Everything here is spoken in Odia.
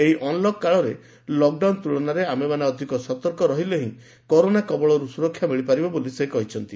ଏହି ଅନ୍ଲକ୍ କାଳରେ ଲକଡାଉନ ତୁଳନାରେ ଆମେମାନେ ଅଧିକ ସତର୍କ ରହିଲେ ହିଁ କରୋନା କବଳରୁ ସୁରକ୍ଷା ମିଳିପାରିବ ବୋଲି ସେ କହିଛନ୍ତି